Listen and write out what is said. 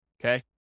okay